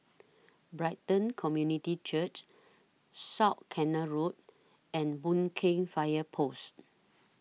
Brighton Community Church South Canal Road and Boon Keng Fire Post